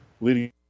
Leading